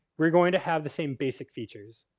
we're going to have the same basic features.